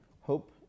Hope